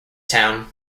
town